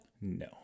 No